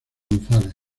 gonzález